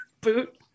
boot